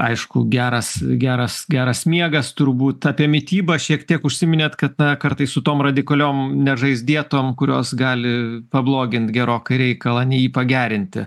aišku geras geras geras miegas turbūt apie mitybą šiek tiek užsiminėt kad na kartais su tom radikaliom nežaist dietom kurios gali pablogint gerokai reikalą nei jį pagerinti